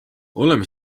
oleme